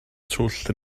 twll